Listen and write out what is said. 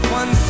one